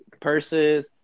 purses